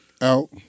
out